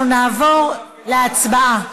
אנחנו נעבור להצבעה